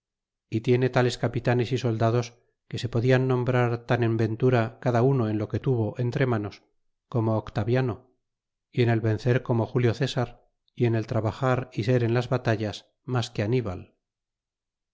y tiene tales capitanes y soldados que se podian nombrar tan en ventura cada uno en lo que tuvo entremanos como octaviano y en el vencer como julio césar y en el trabajar y ser en las batallas mas que anibal